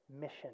mission